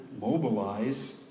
mobilize